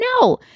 no